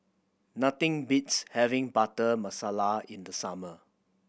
nothing beats having Butter Masala in the summer